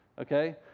Okay